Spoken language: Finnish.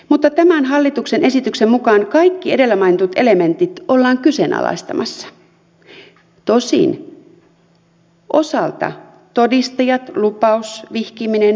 mutta tämän hallituksen esityksen mukaan kaikki edellä mainitut elementit ollaan kyseenalaistamassa tosin osalta todistajat lupaus vihkiminen vaaditaan edelleen